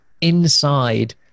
inside